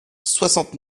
soixante